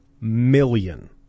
million